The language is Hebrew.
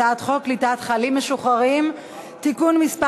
הצעת חוק קליטת חיילים משוחררים (תיקון מס'